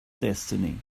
destiny